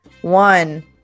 one